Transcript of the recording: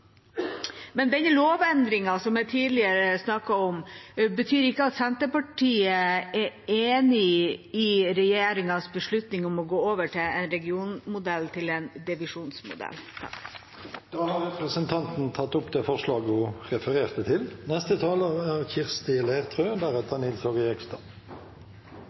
tidligere snakket om, betyr ikke at Senterpartiet er enig i regjeringas beslutning om å gå over fra en regionmodell til en divisjonsmodell. Representanten Siv Mossleth har tatt opp det forslaget hun refererte til. Saken handler om nødvendige endringer i flere lover for overføring av fylkesveiadministrasjonen. Arbeiderpartiet er